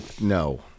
No